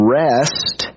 rest